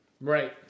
Right